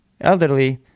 elderly